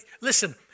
listen